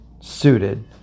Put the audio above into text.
suited